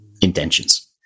intentions